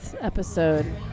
episode